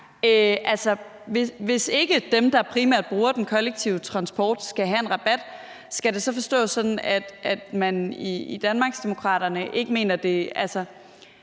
det ikke er dem, der primært bruger den kollektive transport, der skal have en rabat, så forstås sådan, at man i Danmarksdemokraterne ikke er enig